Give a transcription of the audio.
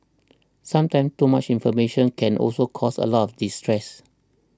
sometimes too much information can also cause a lot of distress